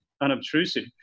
unobtrusive